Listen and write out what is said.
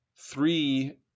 three